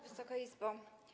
Wysoka Izbo!